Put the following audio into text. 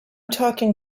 talking